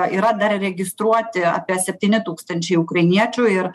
yra dar registruoti apie septyni tūkstančiai ukrainiečių ir